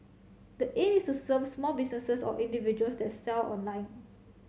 the aim is to serve small businesses or individuals that sell online